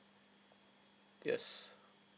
yes